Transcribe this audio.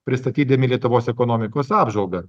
pristatydami lietuvos ekonomikos apžvalgą